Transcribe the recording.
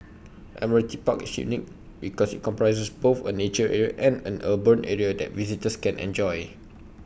Admiralty Park is unique because IT comprises both A nature area and an urban area that visitors can enjoy